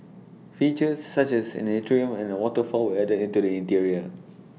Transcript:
features such as an atrium and waterfall were added into the interior